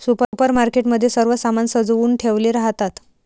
supermarket मध्ये सर्व सामान सजवुन ठेवले राहतात